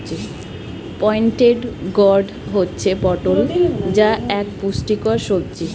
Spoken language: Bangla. পয়েন্টেড গোর্ড হচ্ছে পটল যা এক পুষ্টিকর সবজি